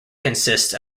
consist